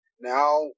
Now